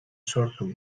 sortu